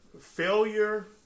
Failure